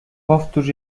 powtórz